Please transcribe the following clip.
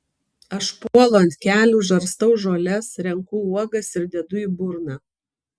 aš puolu ant kelių žarstau žoles renku uogas ir dedu į burną